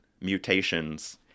mutations